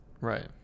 Right